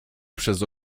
przez